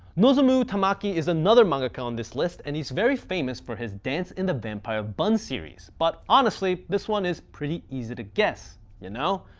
nozomu tamaki is another mangaka on this list and he's very famous for his dance in the vampire bund series, but honestly this one is pretty easy to guess you know?